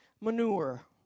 manure